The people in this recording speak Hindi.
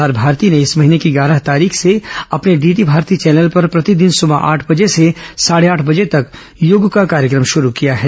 प्रसार भारती ने इस महीने की ग्यारह तारीख से अपने डीडी भारती चैनल पर प्रतिदिन सुबह आठ बजे से साढे आठ बजे तक योग का कार्यक्रम शरू किया है